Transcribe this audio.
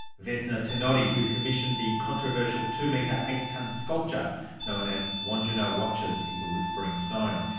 vesna tenodi, who commissioned the controversial two-metre, eight-tonne sculpture known as wandjina watchers in the whispering stone.